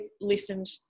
listened